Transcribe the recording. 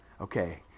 okay